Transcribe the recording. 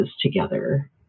together